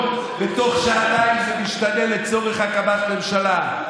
ותוך שעתיים זה משתנה לצורך הקמת ממשלה.